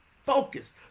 Focus